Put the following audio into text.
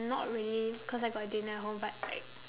not really cause I got dinner at home but like